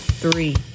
Three